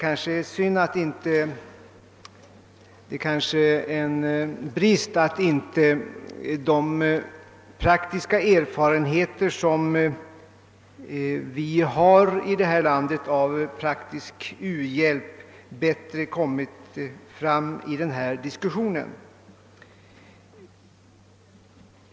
Det är kanske en brist att de erfarenheter som vi i det här landet har av praktisk u-hjälp inte har kommit bättre fram i diskussionen.